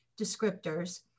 descriptors